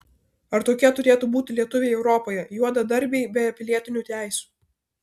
ar tokie turėtų būti lietuviai europoje juodadarbiai be pilietinių teisių